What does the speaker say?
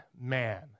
man